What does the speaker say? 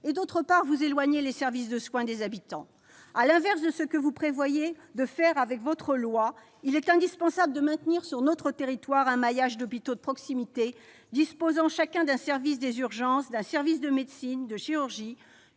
; d'autre part, vous éloignez les services de soins des habitants. À l'inverse de ce que vous prévoyez de faire avec votre loi, il est indispensable de maintenir, sur notre territoire, un maillage d'hôpitaux de proximité disposant chacun d'un service des urgences, d'un service de médecine, de chirurgie,